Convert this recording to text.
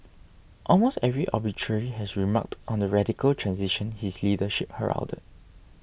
almost every obituary has remarked on the radical transition his leadership heralded